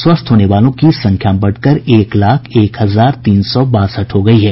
स्वस्थ होने वालों की संख्या बढ़कर एक लाख एक हजार तीन सौ बासठ हो गयी है